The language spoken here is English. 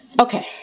Okay